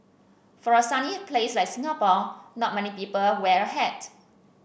for a sunny place like Singapore not many people wear a hat